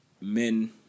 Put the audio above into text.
men